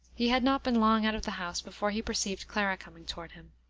he had not been long out of the house before he perceived clara coming toward him.